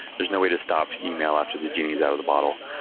there's no way to stop email after the genie is out of the bottle.